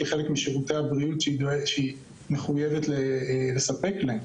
כחלק משירותי הבריאות שהיא מחויבת לספק להם,